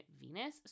Venus